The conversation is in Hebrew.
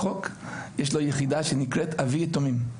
בחוק יש לו יחידה שנקראת אבי יתומים.